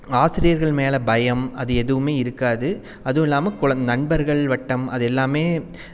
ஆசிரியர்கள் மேலே பயம் அது எதுவுமே இருக்காது அதுவும் இல்லாம குழந் நண்பர்கள் வட்டம் அது எல்லாமே